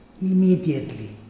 immediately